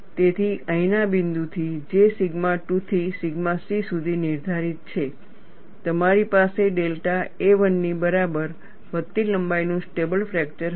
તેથી અહીંના બિંદુથી જે સિગ્મા 2 થી સિગ્મા c સુધી નિર્ધારિત છે તમારી પાસે ડેલ્ટા a1 ની બરાબર વધતી લંબાઈનું સ્ટેબલ ફ્રેકચર હશે